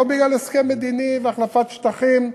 לא בגלל הסכם מדיני והחלפת שטחים,